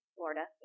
Florida